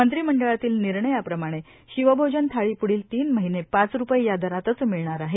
मंत्री मंडळातील निर्णयाप्रमाणे शिवभोजन थाळी पुढील तीन महिने पाच रुपये या दरातच मिळणार आहेत